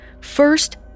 First